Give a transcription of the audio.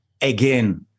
again